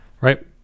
right